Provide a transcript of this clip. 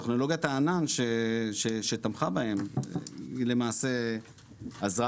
טכנולוגית הענן שתמכה בהם היא למעשה עזרה